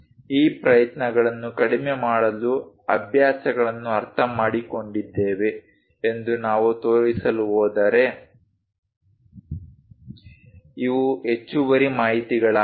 ಈ ಪ್ರಯತ್ನಗಳನ್ನು ಕಡಿಮೆ ಮಾಡಲು ಅಭ್ಯಾಸಗಳನ್ನು ಅರ್ಥಮಾಡಿಕೊಂಡಿದ್ದೇವೆ ಎಂದು ನಾವು ತೋರಿಸಲು ಹೋದರೆ ಇವು ಹೆಚ್ಚುವರಿ ಮಾಹಿತಿಗಳಾಗಿವೆ